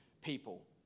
people